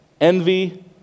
envy